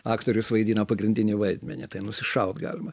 aktorius vaidino pagrindinį vaidmenį tai nusišaut galima